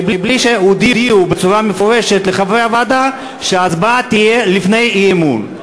מבלי שהודיעו בצורה מפורשת לחברי הוועדה שההצבעה תהיה לפני האי-אמון.